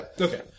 Okay